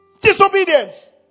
Disobedience